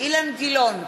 אילן גילאון,